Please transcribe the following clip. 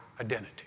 identity